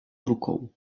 rukou